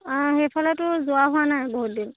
অঁ সেইফালতো যোৱা হোৱা নাই বহুত দিন